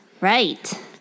Right